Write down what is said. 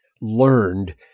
learned